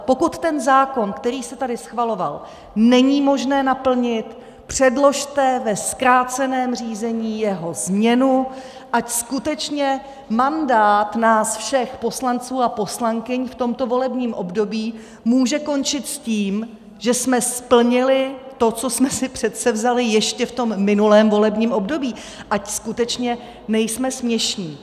Pokud ten zákon, který se tady schvaloval, není možné naplnit, předložte ve zkráceném řízení jeho změnu, ať skutečně mandát nás všech poslanců a poslankyň v tomto volebním období může končit tím, že jsme splnili to, co jsme si předsevzali ještě v tom minulém volebním období, ať skutečně nejsme směšní.